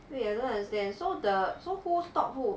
wait I don't understand so the so who stop who